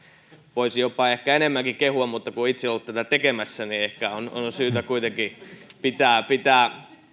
voisi jopa ehkä enemmänkin kehua mutta kun on itse ollut tätä tekemässä niin ehkä on on syytä kuitenkin hieman pitää